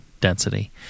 density